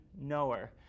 knower